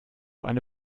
eine